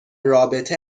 رابطه